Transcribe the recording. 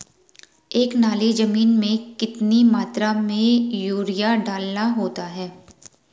एक नाली जमीन में कितनी मात्रा में यूरिया डालना होता है?